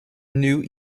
new